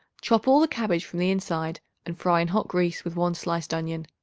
chop all the cabbage from the inside and fry in hot grease with one sliced onion.